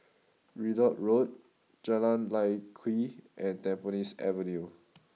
Ridout Road Jalan Lye Kwee and Tampines Avenue